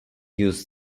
use